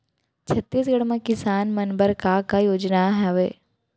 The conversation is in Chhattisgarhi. छत्तीसगढ़ म किसान मन बर का का योजनाएं हवय?